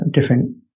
different